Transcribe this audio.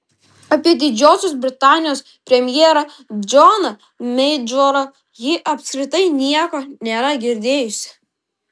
apie didžiosios britanijos premjerą džoną meidžorą ji apskritai nieko nėra girdėjusi